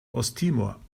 osttimor